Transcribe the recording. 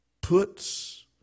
puts